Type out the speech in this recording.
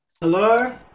Hello